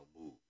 move